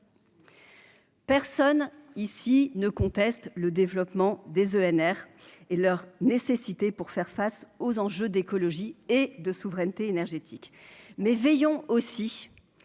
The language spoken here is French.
Personne ici ne conteste le développement des ENR et leur nécessité pour faire face aux enjeux d'écologie et de souveraineté énergétique mais veillons aussi